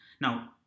Now